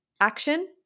Action